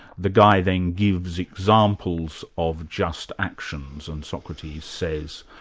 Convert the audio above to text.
the guy then gives examples of just actions and socrates says,